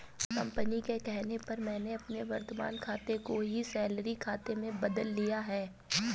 company के कहने पर मैंने अपने वर्तमान खाते को ही सैलरी खाते में बदल लिया है